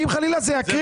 אם חלילה וחס זה יקריס,